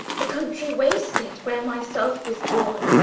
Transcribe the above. the country wasted where myself was born,